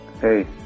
Hey